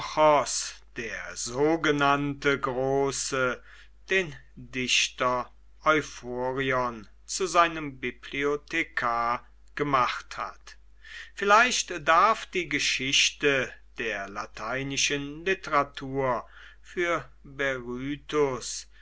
der sogenannte große den dichter euphorion zu seinem bibliothekar gemacht hat vielleicht darf die geschichte der lateinischen literatur für